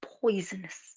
poisonous